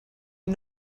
wie